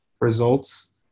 results